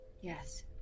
Yes